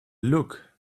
look